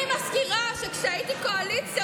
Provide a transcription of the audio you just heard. אני מזכירה שכשהייתי בקואליציה,